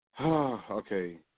Okay